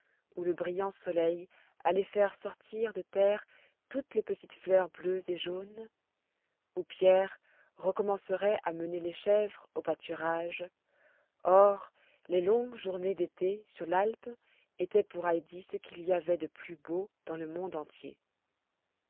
où le brillant soleil allait faire sortir de terre toutes les petites fleurs bleues et jaunes où pierre recommencerait à mener les chèvres au pâturage or les longues journées d'été sur l'alpe étaient pour heidi ce qu'il y avait de plus beau dans le monde entier